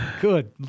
Good